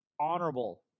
honorable